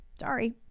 Sorry